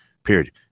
period